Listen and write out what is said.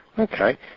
Okay